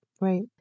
right